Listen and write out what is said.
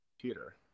computer